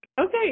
Okay